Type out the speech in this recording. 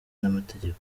n’amategeko